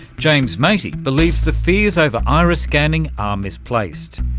james matey believes the fears over iris-scanning are misplaced.